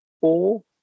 four